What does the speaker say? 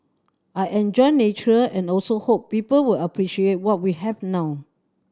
I enjoy nature and also hope people will appreciate what we have now